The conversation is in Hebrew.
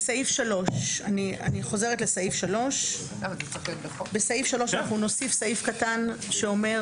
אני חוזרת לסעיף 3. בסעיף 3 אנחנו נוסיף סעיף קטן שאומר